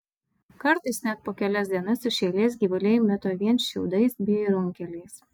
kartais net po kelias dienas iš eilės gyvuliai mito vien šiaudais bei runkeliais